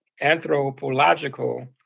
anthropological